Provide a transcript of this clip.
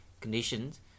conditions